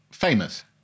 Famous